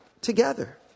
together